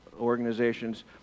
organizations